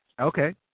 Okay